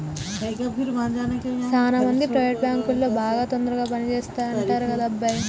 సాన మంది ప్రైవేట్ బాంకులు బాగా తొందరగా పని చేస్తాయంటరు కదరా అబ్బాయి